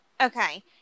okay